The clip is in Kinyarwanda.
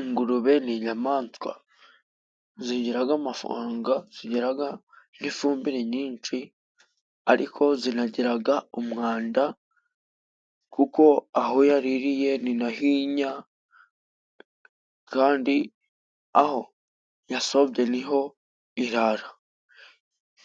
Ingurube ni inyamaswa zigiraga amafaranga zigiraga n'ifumbire nyinshi, ariko zinagiraga umwanda. Kuko aho yaririye ninaho inya kandi aho yasobye ni ho irara.